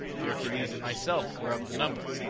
hercules and myself were of the number,